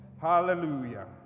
Hallelujah